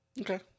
Okay